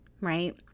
right